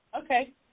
Okay